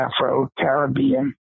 Afro-Caribbean